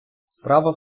справа